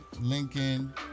Lincoln